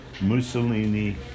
Mussolini